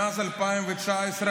מאז 2019,